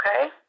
okay